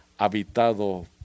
habitado